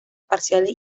parciales